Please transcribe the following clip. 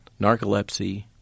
narcolepsy